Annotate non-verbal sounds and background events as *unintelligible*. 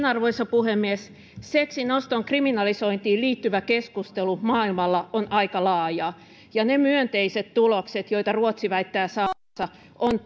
*unintelligible* arvoisa puhemies seksin oston kriminalisointiin liittyvä keskustelu maailmalla on aika laajaa ja ne myönteiset tulokset joita ruotsi väittää saavansa on *unintelligible*